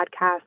podcast